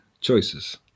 choices